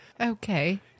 Okay